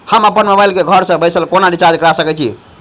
हम अप्पन मोबाइल कऽ घर बैसल कोना रिचार्ज कऽ सकय छी?